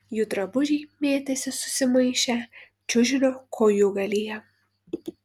jų drabužiai mėtėsi susimaišę čiužinio kojūgalyje